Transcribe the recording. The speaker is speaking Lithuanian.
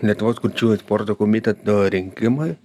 lietuvos kurčiųjų sporto komiteto rinkimai